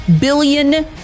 billion